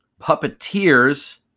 puppeteers